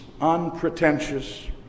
unpretentious